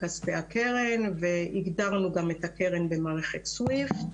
כספי הקרן והגדרנו גם את הקרן במערכת סוויפט.